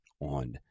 on